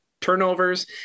turnovers